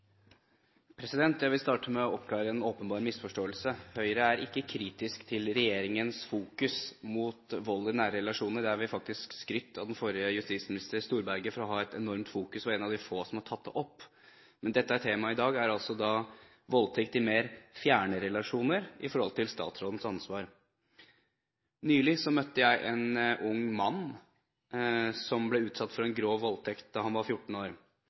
forslagene. Jeg vil starte med å oppklare en åpenbar misforståelse. Høyre er ikke kritisk til regjeringens fokusering på vold i nære relasjoner. Der har vi faktisk skrytt av den forrige justisministeren, Storberget, for å ha et enormt fokus. Han er en av de få som har tatt det opp. Men tema i dag er altså voldtekt i mer fjerne relasjoner i forhold til statsrådens ansvar. Nylig møtte jeg en ung mann som ble utsatt for en grov voldtekt da han var 14 år.